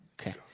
Okay